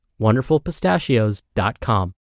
WonderfulPistachios.com